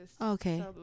okay